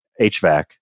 hvac